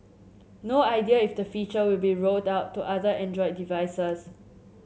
no idea if the feature will be rolled out to other Android devices